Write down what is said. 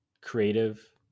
creative